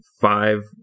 five